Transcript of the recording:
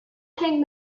ping